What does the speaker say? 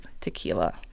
tequila